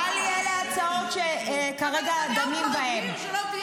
טלי, אלה ההצעות שכרגע דנים בהן.